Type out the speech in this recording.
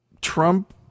Trump